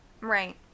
Right